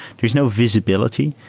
there's no visibility.